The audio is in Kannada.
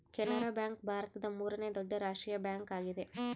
ಕೆನರಾ ಬ್ಯಾಂಕ್ ಭಾರತದ ಮೂರನೇ ದೊಡ್ಡ ರಾಷ್ಟ್ರೀಯ ಬ್ಯಾಂಕ್ ಆಗಿದೆ